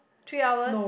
three hours